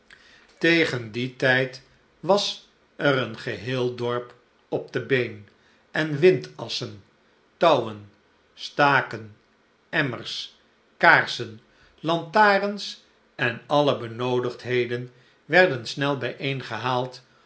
tegen dien tijd was er een geheel dorp op de been en windassen touwen staken emmers kaarsen lantarens en alle benoodigdheden werden snel